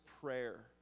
prayer